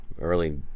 Early